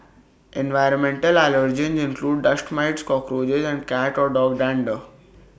environmental allergens include dust mites cockroaches and cat or dog dander